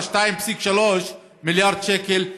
2.3 מיליארד שקלים,